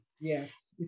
yes